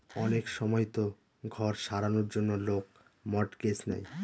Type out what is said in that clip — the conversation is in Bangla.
অনেক সময়তো ঘর সারানোর জন্য লোক মর্টগেজ নেয়